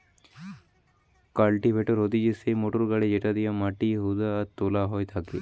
cultivator হতিছে সেই motor গাড়ি যেটি দিয়া মাটি হুদা আর তোলা হয় থাকে